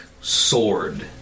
sword